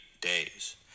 days